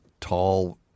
tall